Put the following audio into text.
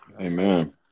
Amen